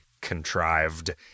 contrived